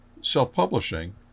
self-publishing